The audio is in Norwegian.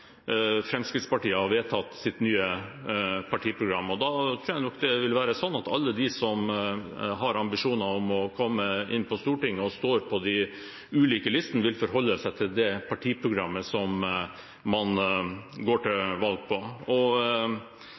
Fremskrittspartiet har vedtatt sitt nye partiprogram, gå inn i en valgkamp. Da tror jeg det vil være sånn at alle som har ambisjoner om å komme inn på Stortinget, og som står på de ulike listene, vil forholde seg til det partiprogrammet de går til valg på. Denne fireårsperioden har Fremskrittspartiet styrt etter regjeringserklæringen og